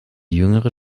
jüngere